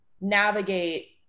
navigate